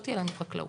לא תהיה לנו חקלאות.